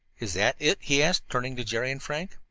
is that it? he asked, turning to jerry and frank.